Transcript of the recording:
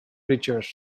preachers